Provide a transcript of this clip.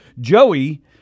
Joey